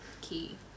key